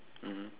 mmhmm